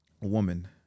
woman